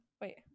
Wait